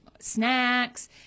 snacks